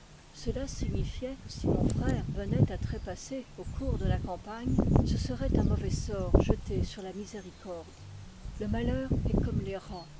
cela signifiait que si mon frère venait à trépasser au cours de la campagne ce serait un mauvais sort jeté sur la miséricorde le malheur est comme les rats